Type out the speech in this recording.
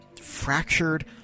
fractured